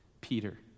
Peter